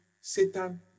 Satan